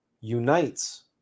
unites